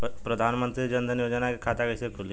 प्रधान मंत्री जनधन योजना के खाता कैसे खुली?